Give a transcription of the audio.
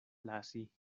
lasi